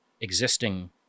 existing